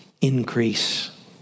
increase